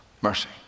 Mercy